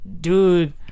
dude